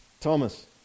Thomas